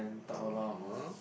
(uh huh)